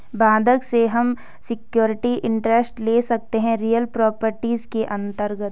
बंधक से हम सिक्योरिटी इंटरेस्ट ले सकते है रियल प्रॉपर्टीज के अंतर्गत